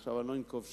עכשיו לא אנקוב שם.